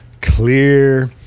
clear